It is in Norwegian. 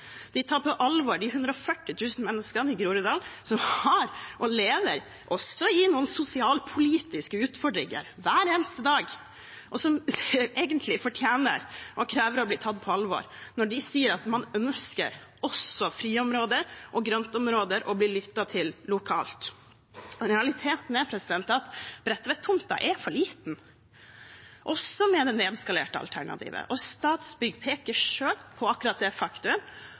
De tar på alvor de 140 000 menneskene i Groruddalen som også har og lever i noen sosialpolitiske utfordringer hver eneste dag, og som egentlig fortjener og krever å bli tatt på alvor når de sier at man ønsker friområder, grøntområder og å bli lyttet til lokalt. Realiteten er at Bredtvet-tomta er for liten, også med det nedskalerte alternativet. Statsbygg peker selv på akkurat det faktum,